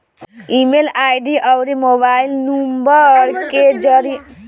email ID अउरी mobile number के जरिया से इ पंजीकरण होत हवे